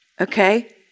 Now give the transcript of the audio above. okay